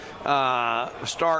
start